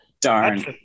Darn